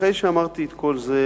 אחרי שאמרתי את כל זה,